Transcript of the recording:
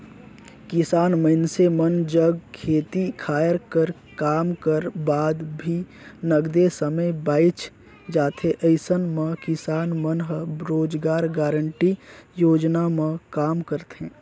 किसान मइनसे मन जग खेती खायर कर काम कर बाद भी नगदे समे बाएच जाथे अइसन म किसान मन ह रोजगार गांरटी योजना म काम करथे